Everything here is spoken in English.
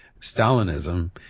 Stalinism